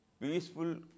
peaceful